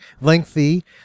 lengthy